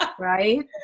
Right